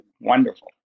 wonderful